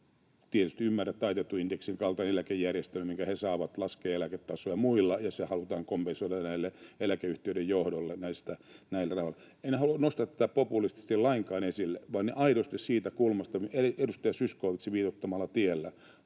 Tietysti ymmärrän, että taitetun indeksin kaltainen eläkejärjestelmä, minkä he saavat, laskee eläketasoja muilla, ja se halutaan kompensoida eläkeyhtiöiden johdoille näillä rahoilla. En halua nostaa tätä lainkaan populistisesti esille vaan aidosti siitä kulmasta, edustaja Zyskowiczin viitoittamalla tiellä,